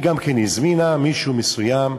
גם היא הזמינה מישהו מסוים.